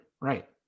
Right